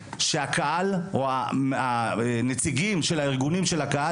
שהקהל או הנציגים של הארגונים של הקהל